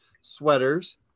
sweaters